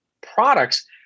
products